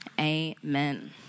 amen